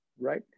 Right